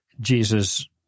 Jesus